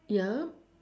ya